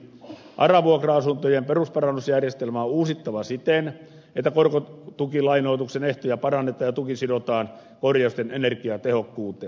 ara vuokra asuntojen perusparannusjärjestelmä on uusittava siten että korkotukilainoituksen ehtoja parannetaan ja tuki sidotaan korjausten energiatehokkuuteen